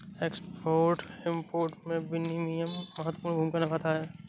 export import में विनियमन महत्वपूर्ण भूमिका निभाता है